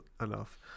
enough